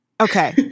Okay